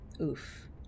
Oof